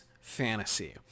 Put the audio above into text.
fantasy